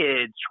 kids